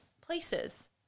places